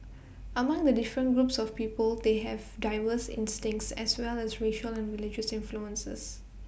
among the different groups of people they have diverse instincts as well as racial and religious influences